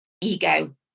ego